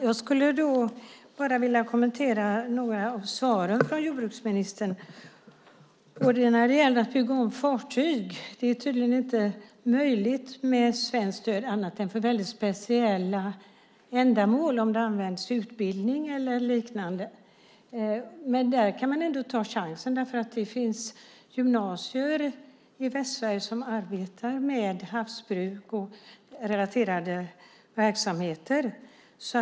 Fru talman! Jag vill kommentera några av svaren från jordbruksministern. Att bygga om fartyg är tydligen inte möjligt med svenskt stöd annat än för väldigt speciella ändamål, som om de används i utbildning eller liknande. Man kan ändå ta chansen. Det finns gymnasier i Västsverige som arbetar med havsbruk och relaterade verksamheter.